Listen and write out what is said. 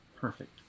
Perfect